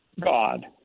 God